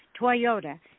Toyota